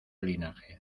linaje